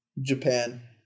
Japan